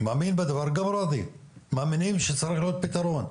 וראדי מאמינים שצריך להיות פתרון.